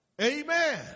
Amen